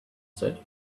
said